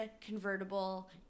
convertible